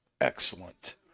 excellent